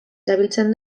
erabiltzen